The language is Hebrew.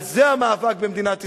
על זה המאבק במדינת ישראל.